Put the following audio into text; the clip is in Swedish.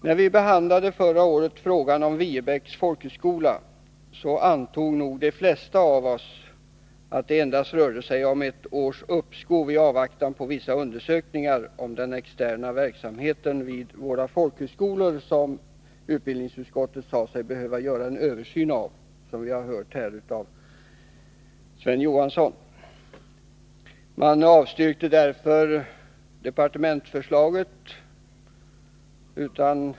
När vi förra året behandlade frågan om Viebäcks folkhögskola antog nog de flesta av oss att det endast rörde sig om ett års uppskov i avvaktan på vissa undersökningar om den externa verksamheten vid våra folkhögskolor, som utbildningsutskottet sade sig behöva göra en översyn av. Det framgick också av Sven Johanssons anförande nyss. Utskottet avstyrkte regeringens förslag.